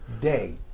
day